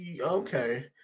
okay